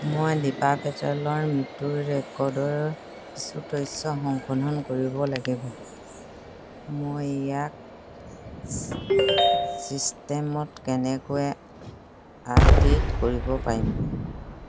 মই দীপা পেটেলৰ মৃত্যু ৰেকৰ্ডৰ কিছু তথ্য সংশোধন কৰিব লাগিব মই ইয়াক ছিষ্টেমত কেনেকৈ আপডে'ট কৰিব পাৰিম